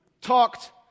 talked